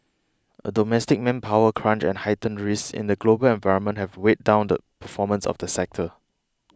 a domestic manpower crunch and heightened risks in the global environment have weighed down the performance of the sector